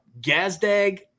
Gazdag